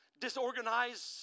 disorganized